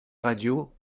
radio